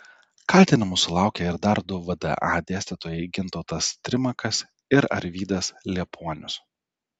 kaltinimų sulaukė ir dar du vda dėstytojai gintautas trimakas ir arvydas liepuonius